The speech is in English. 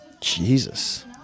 Jesus